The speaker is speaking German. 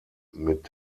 mit